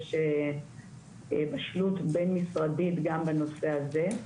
ויש בשלות בין משרדית גם לנושא הזה.